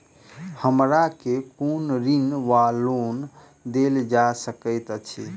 हमरा केँ कुन ऋण वा लोन देल जा सकैत अछि?